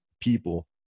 people